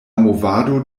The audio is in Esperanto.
movado